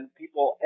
people